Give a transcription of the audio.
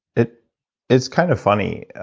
it is kind of funny,